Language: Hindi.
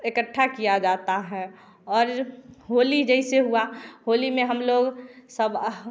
इकट्ठा किया जाता है और होली जैसे हुआ होली में हम लोग सब